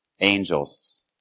angels